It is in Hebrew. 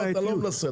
אתה לא מנסה,